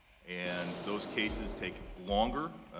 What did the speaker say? and those cases take longer,